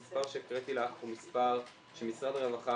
המספר שהקראתי לך הוא מספר שמשרד הרווחה